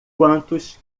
quantos